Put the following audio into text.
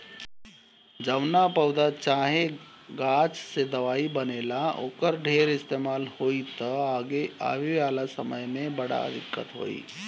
जवना पौधा चाहे गाछ से दवाई बनेला, ओकर ढेर इस्तेमाल होई त आवे वाला समय में बड़ा दिक्कत होई